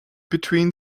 between